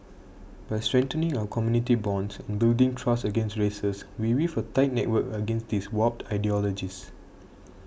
by strengthening our community bonds and building trust again races we weave a tight network against these warped ideologies